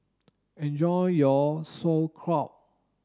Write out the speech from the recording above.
enjoy your Sauerkraut